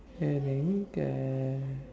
uh drink uh